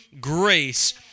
grace